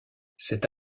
cette